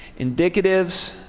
Indicatives